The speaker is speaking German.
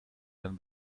dann